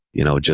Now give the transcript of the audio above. you know,